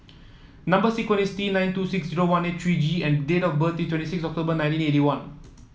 number sequence is T nine two six zero one eight three G and date of birth is twenty six October nineteen eighty one